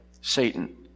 Satan